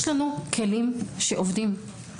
יש לנו כלים שעובדים.